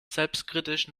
selbstkritisch